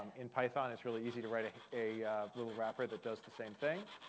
in python, it's really easy to write ah a little wrapper that does the same thing.